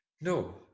No